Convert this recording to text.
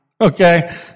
Okay